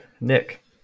Nick